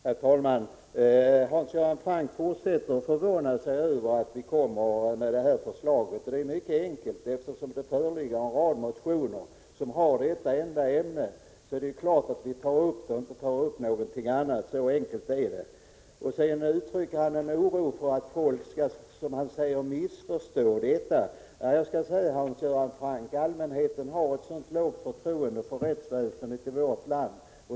Herr talman! Hans Göran Franck fortsätter att förvåna sig över att vi framlagt vårt förslag. Anledningen är mycket enkel. Eftersom det föreligger en rad motioner i detta enda ämne, är det klart att vi tar upp det och ingenting annat. Så uttrycker Hans Göran Franck oro för att folk skall missförstå intentionerna. Jag vill säga till Hans Göran Franck att allmänheten redan har ett mycket dåligt förtroende för rättsväsendet i vårt land.